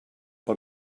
pel